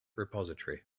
repository